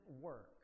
work